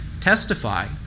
testify